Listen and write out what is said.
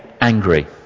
angry